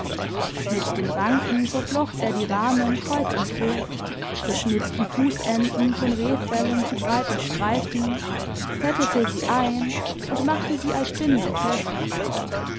mit den ranken verflocht er die rahmen kreuz und quer zerschnitt die fußenden von rehfellen zu breiten streifen fettete sie ein und machte sie als bindung fest